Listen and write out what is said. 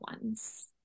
ones